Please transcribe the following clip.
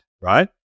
Right